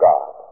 God